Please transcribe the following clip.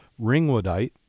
ringwoodite